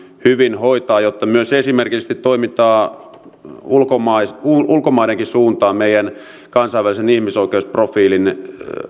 hyvin hoitaa jotta myös esimerkillisesti toimitaan ulkomaidenkin suuntaan meidän kansainvälisen ihmisoikeusprofiilimme